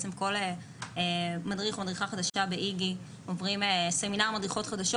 כל מדריך או מדריכה חדשים באיג"י עוברים סמינר מדריכים חדשים.